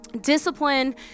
Discipline